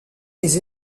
les